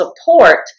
support